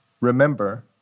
Remember